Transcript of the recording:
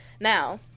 Now